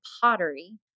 pottery